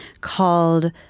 called